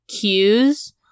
cues